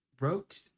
wrote